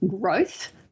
growth